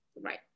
right